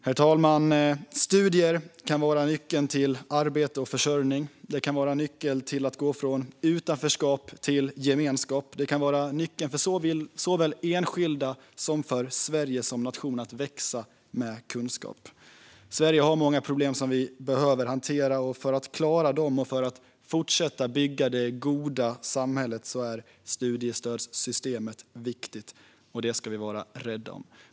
Herr talman! Studier kan vara nyckeln till arbete och försörjning och till att gå från utanförskap till gemenskap. Det kan vara nyckeln för såväl enskilda som Sverige som nation till att växa med kunskap. Sverige har många problem som vi behöver hantera. För att klara dem och för att fortsätta bygga det goda samhället är studiestödssystemet viktigt. Det ska vi vara rädda om.